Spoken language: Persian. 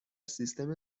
سیستم